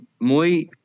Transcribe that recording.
muy